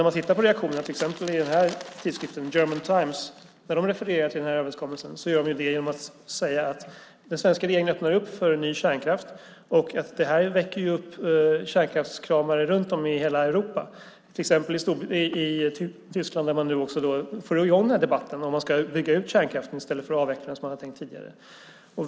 Man kan titta på reaktionerna till exempel i tidskriften German Times. När man där refererar till denna överenskommelse gör man det genom att säga att den svenska regeringen öppnar för ny kärnkraft och att detta väcker upp kärnkraftskramare runt om i hela Europa, till exempel i Tyskland där man nu också får i gång debatten om man ska bygga ut kärnkraften i stället för att avveckla den som man har tänkt tidigare.